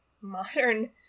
modern